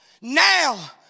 now